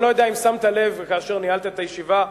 אני לא יודע אם שמת לב כאשר ניהלת את הישיבה,